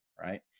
right